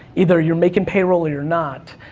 either you're making payroll, or you're not,